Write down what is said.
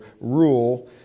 rule